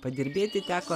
padirbėti teko